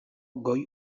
goi